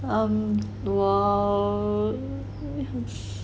um well